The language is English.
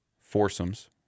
foursomes